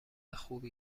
خوبی